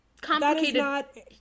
Complicated